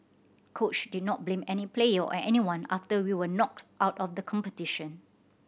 coach did not blame any player or anyone after we were knocked out of the competition